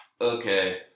okay